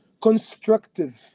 constructive